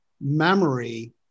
memory